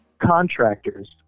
contractors